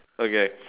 okay